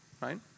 right